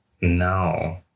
No